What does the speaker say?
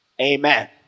Amen